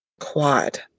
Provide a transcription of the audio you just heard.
Quad